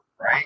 right